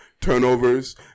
turnovers